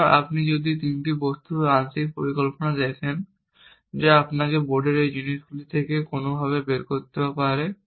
সুতরাং আপনি যদি আমার তিনটি বস্তুর আংশিক পরিকল্পনা দেখেন যা আপনাকে বোর্ডের এই জিনিসগুলি থেকে কোনওভাবে বের করতে হবে